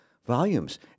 volumes